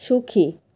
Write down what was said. সুখী